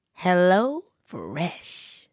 HelloFresh